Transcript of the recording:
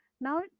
Now